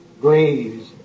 graves